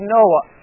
Noah